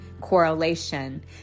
correlation